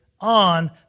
on